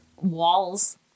walls